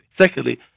Secondly